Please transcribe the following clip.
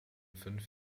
fünf